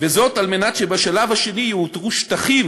וזאת על מנת שבשלב השני יאותרו שטחים